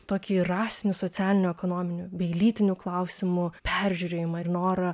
tokį rasinių socialinių ekonominių bei lytinių klausimu peržiūrėjimą ir norą